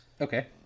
Okay